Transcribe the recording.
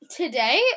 today